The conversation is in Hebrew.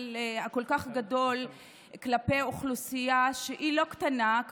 הכל-כך גדול כלפי אוכלוסייה שהיא לא קטנה,